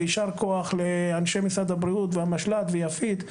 ויישר כוח לאנשי משרד הבריאות והמשל"ט ויפית.